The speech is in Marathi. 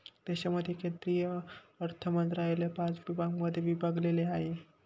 देशाचे केंद्रीय अर्थमंत्रालय पाच विभागांमध्ये विभागलेले आहे